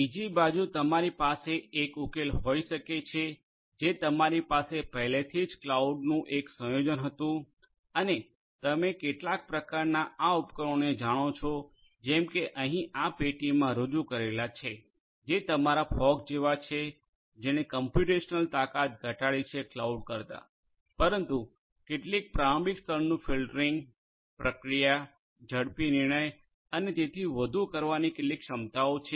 બીજી બાજુ તમારી પાસે એક ઉકેલ હોઈ શકે છે જે તમારી પાસે પહેલેથી જ ક્લાઉડનું એક સંયોજન હતું અને તમે કેટલાક પ્રકારના આ ઉપકરણોને જાણો છો જેમ કે અહીં આ પેટીમાં રજૂ કરેલા છે જે તમારા ફોગ જેવા છે જેણે કોમ્પ્યુટેશનલ તાકાત ઘટાડી છે ક્લાઉડ કરતાં પરંતુ કેટલીક પ્રારંભિક સ્તરનુ ફિલ્ટરિંગ પ્રકિયા ઝડપી નિર્ણય અને તેથી વધુ કરવાની કેટલીક ક્ષમતાઓ છે